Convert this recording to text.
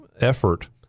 effort